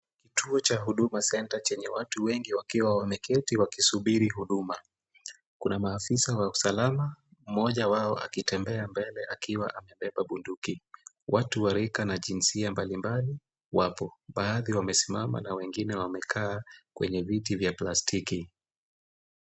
Kituo cha huduma center chenye watu wengi wakiwa wameketi wakisubiri huduma. Kuna maafisa wa usalama, mmoja wao akitembea mbele akiwa amebeba bunduki. Watu wa rika na jinsia mbalimbali wapo. Baadhi wamesimama na wengine wamekaa kwenye viti vya plastiki.